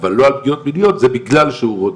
אבל לא על פגיעות מיניות, זה בגלל שהוא 'רודף',